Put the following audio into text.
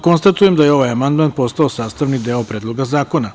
Konstatujem da je ovaj amandman postao sastavni deo Predloga zakona.